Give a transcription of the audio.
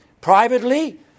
privately